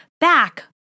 back